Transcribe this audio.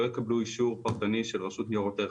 יקבלו אישור פרטני מהרשות לניירות ערך,